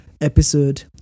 episode